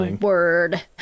word